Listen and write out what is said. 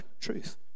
truth